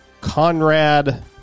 Conrad